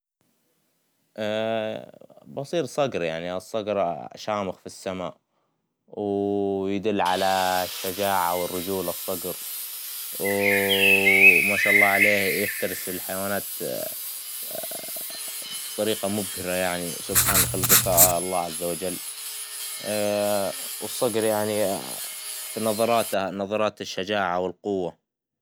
بصير صقر, الصقر يعني شامخ في السما, ويدل على الشجاعة والرجولة الصقر, و ما شالله عليه يفترس الحيوانت بطريقة مبهرة يعني, سبحان خلقة الله عز وجل, والصقر يعني في نظراته, نظرات الشجاعة والقوة,.